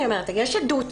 אני אומרת שיש עדות,